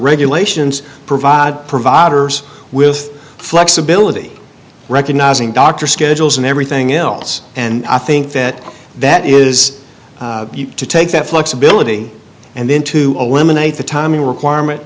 regulations provide providers with flexibility recognizing doctor schedules and everything else and i think that that is to take that flexibility and then to eliminate the timing requirement